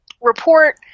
report